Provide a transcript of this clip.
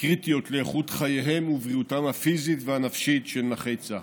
הקריטיות לאיכות חייהם ובריאותם הפיזית והנפשית של נכי צה"ל.